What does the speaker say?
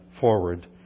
forward